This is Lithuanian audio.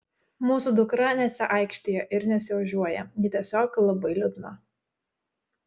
mūsų dukra nesiaikštija ir nesiožiuoja ji tiesiog labai liūdna